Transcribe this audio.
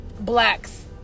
blacks